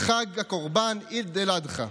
חג הקורבן, עיד אל-אדחא.